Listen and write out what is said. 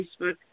Facebook